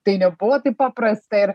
tai nebuvo taip paprasta ir